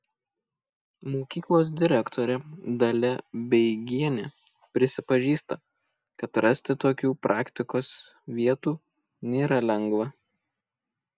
mokyklos direktorė dalia beigienė prisipažįsta kad rasti tokių praktikos vietų nėra lengva